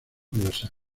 gruesas